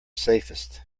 safest